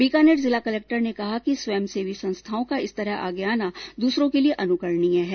बीकानेर जिला कलेक्टर ने कहा कि स्वयंसेवी संस्थाओं का इस तरह आगे आना दूसरों के लिए अनुकरणीय है